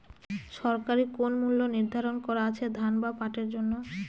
সরকারি কোন মূল্য নিধারন করা আছে ধান বা পাটের জন্য?